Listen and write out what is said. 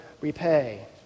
repay